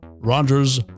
Rogers